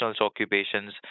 occupations